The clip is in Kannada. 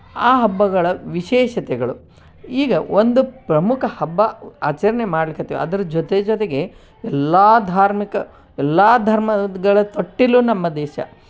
ಆ ಹಬ್ಬಗಳ ವಿಶೇಷತೆಗಳು ಈಗ ಒಂದು ಪ್ರಮುಖ ಹಬ್ಬ ಆಚರಣೆ ಮಾಡ್ಲಿಕತ್ತೀವಿ ಅದರ ಜೊತೆ ಜೊತೆಗೆ ಎಲ್ಲ ಧಾರ್ಮಿಕ ಎಲ್ಲ ಧರ್ಮಗಳ ತೊಟ್ಟಿಲು ನಮ್ಮ ದೇಶ